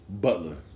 Butler